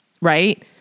Right